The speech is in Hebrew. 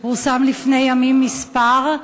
שפורסם לפני ימים מספר,